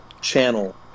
channel